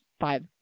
five